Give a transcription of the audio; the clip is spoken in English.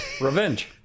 revenge